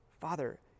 Father